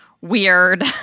weird